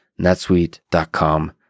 netsuite.com